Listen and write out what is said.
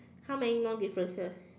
how many more differences